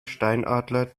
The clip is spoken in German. steinadler